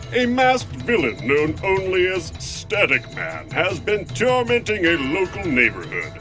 a masked villain named only as static man has been tormenting a local neighborhood.